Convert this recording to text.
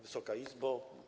Wysoka Izbo!